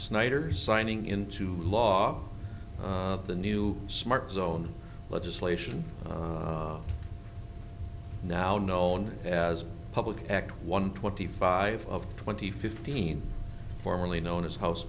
snyder signing into law of the new smart zone legislation now known as public act one twenty five of twenty fifteen formerly known as house